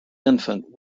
infant